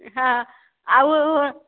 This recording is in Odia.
ହଁ ଆଉ